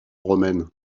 romaine